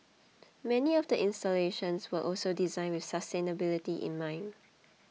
many of the installations were also designed with sustainability in mind